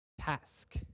task